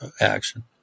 action